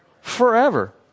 Forever